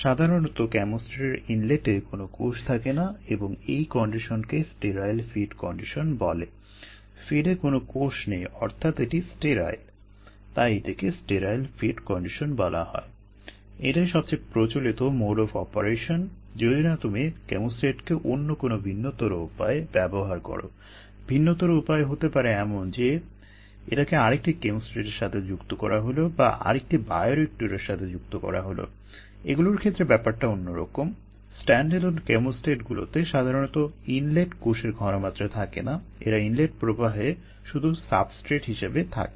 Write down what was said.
সাধারণত কেমোস্ট্যাটের ইনলেটে কোনো কোষ থাকে না এবং এই কন্ডিশনকে কেমোস্ট্যাটগুলোতে সাধারণত ইনলেট কোষের ঘনমাত্রা থাকে না এরা ইনলেট প্রবাহে শুধু সাবস্ট্রেট হিসেবে থাকে